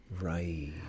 Right